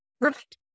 right